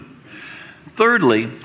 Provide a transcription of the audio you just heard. Thirdly